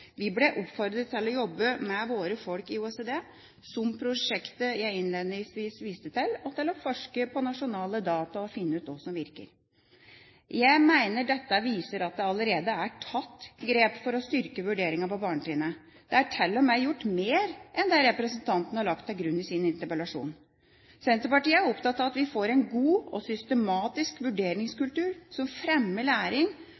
Vi ble oppfordret til å jobbe med våre folk i OECD – som prosjektet jeg innledningsvis viste til – og til å forske på nasjonale data og finne ut hva som virker. Jeg mener dette viser at det allerede er tatt grep for å styrke vurderingen på barnetrinnet. Det er til og med gjort mer enn det representanten har lagt til grunn i sin interpellasjon. Senterpartiet er opptatt av at vi får en god og